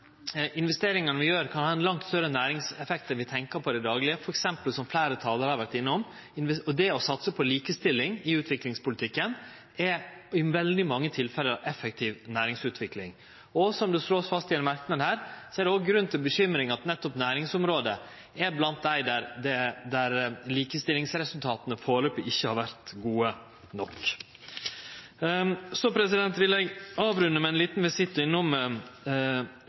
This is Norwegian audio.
investeringane vi gjer, kan ha ein langt større næringseffekt enn vi tenkjer i det daglege – som fleire talarar har vore innom. Det å satse på likestilling i utviklingpolitikken er i veldig mange tilfelle effektiv næringsutvikling, og, som det vert slått fast i ein merknad, er det òg grunn til bekymring at nettopp næringsområdet er blant dei områda der likestillingsresultata førebels ikkje har vore gode nok. Eg vil runde av med ein liten visitt innom